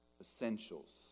essentials